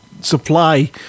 supply